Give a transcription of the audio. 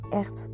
echt